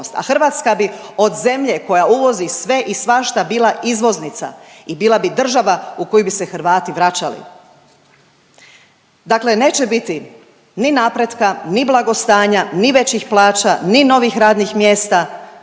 a Hrvatska bi od zemlje koja uvozi sve i svašta, bila izvoznica i bila bi država u koju bi se Hrvati vraćali. Dakle neće biti ni napretka ni blagostanja ni većih plaća ni novih radnih mjesta